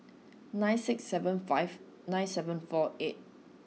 nine six seven five nine seven four eight